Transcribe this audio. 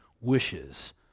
wishes